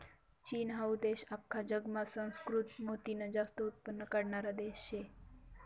चीन हाऊ देश आख्खा जगमा सुसंस्कृत मोतीनं जास्त उत्पन्न काढणारा देश शे